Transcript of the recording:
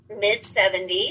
mid-70s